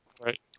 right